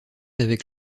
avec